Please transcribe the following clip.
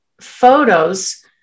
photos